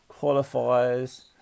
qualifiers